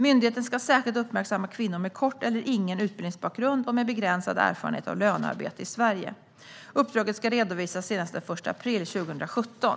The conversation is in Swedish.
Myndigheten ska särskilt uppmärksamma kvinnor med kort eller ingen utbildningsbakgrund och med begränsad erfarenhet av lönearbete i Sverige. Uppdraget ska redovisas senast den 1 april 2017.